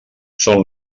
són